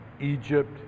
Egypt